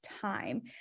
time